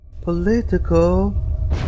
political